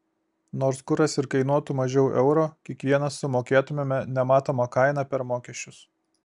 nors kuras ir kainuotų mažiau euro kiekvienas sumokėtumėme nematomą kainą per mokesčius